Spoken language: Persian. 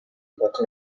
پاتر